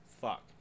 Fuck